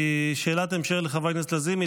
שאלת המשך לחברת הכנסת לזימי,